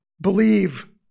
Believe